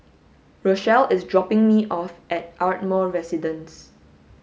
Rochelle is dropping me off at Ardmore Residence